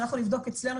אנחנו נבדוק אצלנו,